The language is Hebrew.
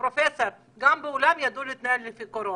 גם בעולם יודעים להתנהל בקורונה.